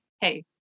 hey